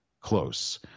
close